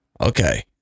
okay